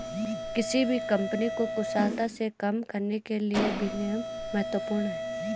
किसी भी कंपनी को कुशलता से काम करने के लिए विनियम महत्वपूर्ण हैं